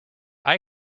eye